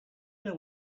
know